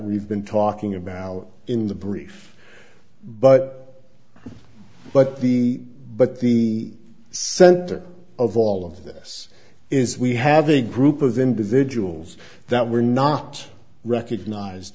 we've been talking about in the brief but but the but the center of all of this is we have a group of individuals that were not recognized